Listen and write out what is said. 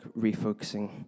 refocusing